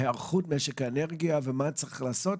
היערכות משק האנרגיה ומה צריך לעשות.